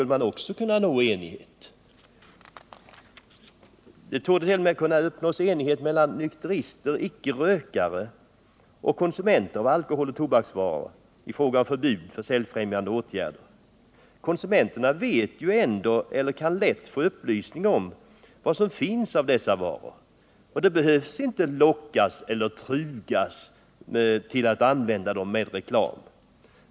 En sådan enighet torde t.o.m. kunna uppnås mellan nykterister, icke-rökare och konsumenter av alkohol och tobaksvaror. Konsumenterna vet ju ändå — eller kan lätt få upplysning om — vad som finns att köpa av dessa varor, de behöver inte lockas med reklam eller trugas till att använda dem.